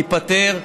ייפתר,